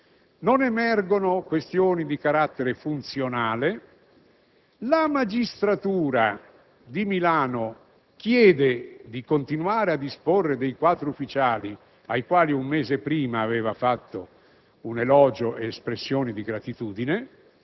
con buona pace di qualsiasi politico), né questioni di carattere funzionale (la magistratura di Milano chiedeva di continuare a disporre dei quattro ufficiali ai quali un mese prima aveva fatto